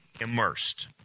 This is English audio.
immersed